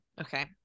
okay